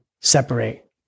separate